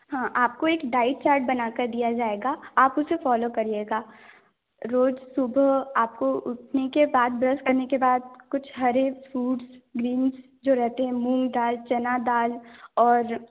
हाँ आपको एक डाइट चार्ट बना कर दिया जाएगा आप उसे फॉलो करिएगा रोज सुबह आपको उठने के बाद ब्रश करने के बाद कुछ हरे फूड्स ग्रीन्स जो रहते हैं मूंग दाल चना दाल और